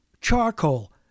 charcoal